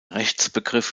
rechtsbegriff